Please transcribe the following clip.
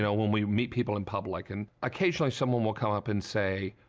you know when we meet people in public. and occasional someone will come up and say,